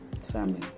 family